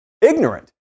ignorant